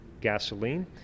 gasoline